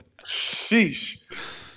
sheesh